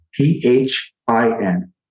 P-H-I-N